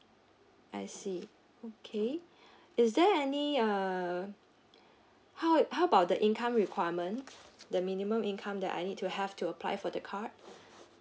I see okay is there any err how how about the income requirement the minimum income that I need to have to apply for the card